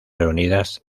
reunidas